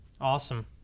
Awesome